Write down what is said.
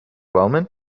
wellman